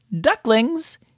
ducklings